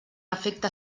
efecte